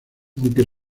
aunque